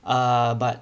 err but